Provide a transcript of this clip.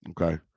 Okay